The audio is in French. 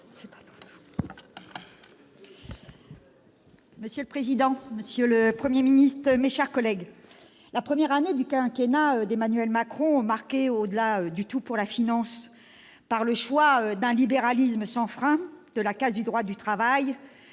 Monsieur le président, monsieur le Premier ministre, mes chers collègues, la première année du quinquennat d'Emmanuel Macron, marquée, au-delà du « tout pour la finance », par le choix d'un libéralisme sans frein, de la casse du droit du travail